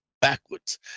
backwards